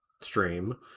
stream